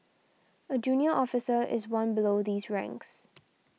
a junior officer is one below these ranks